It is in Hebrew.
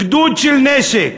גדוד של נשק.